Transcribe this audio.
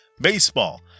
Baseball